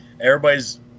everybody's